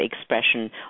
expression